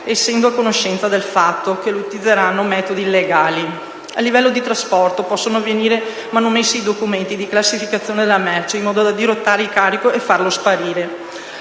essendo a conoscenza del fatto che utilizzeranno metodi illegali. A livello di trasporto, possono venire manomessi i documenti di classificazione della merce, in modo da dirottare il carico o farlo scomparire.